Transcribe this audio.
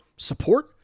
support